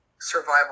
survival